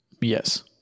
Yes